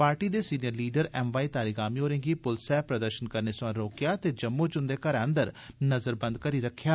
party दे senior leader M Y Tarigami होरें गी पुलसै प्रदर्शन करने सवां रोकेया ते जम्मू च उन्दे घरै अन्दर नज़रबंद रखी रखेआ